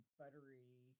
buttery